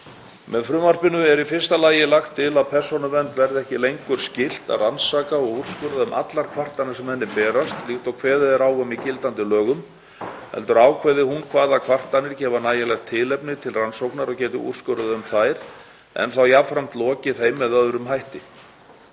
Með frumvarpinu er í fyrsta lagi lagt til að Persónuvernd verði ekki lengur skylt að rannsaka og úrskurða um allar kvartanir sem henni berast, líkt og kveðið er á um í gildandi lögum, heldur ákveði hún hvaða kvartanir gefa nægilegt tilefni til rannsóknar og geti úrskurðað um þær en þá jafnframt lokið þeim með öðrum hætti.